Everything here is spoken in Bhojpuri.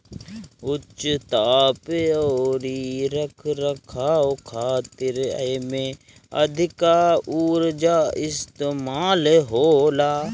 उच्च ताप अउरी रख रखाव खातिर एमे अधिका उर्जा इस्तेमाल होला